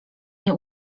nie